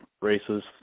races